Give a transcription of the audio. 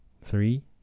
Three